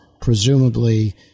Presumably